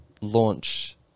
launch